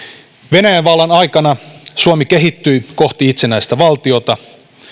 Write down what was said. venäjän vallan aikana suomi kehittyi kohti itsenäistä valtiota